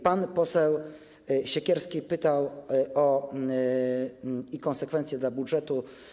Pan poseł Siekierski pytał o konsekwencje dla budżetu.